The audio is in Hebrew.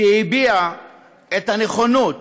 שהביע את הנכונות